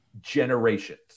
generations